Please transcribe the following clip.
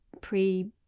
pre